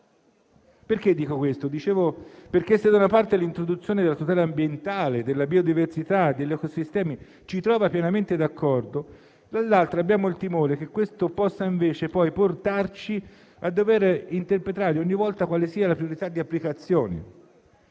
atteggiamento. Se da una parte, l'introduzione della tutela ambientale, della biodiversità e degli ecosistemi ci trova pienamente d'accordo, dall'altra parte abbiamo il timore che questo possa portarci a dover interpretare ogni volta quale sia la priorità di applicazione.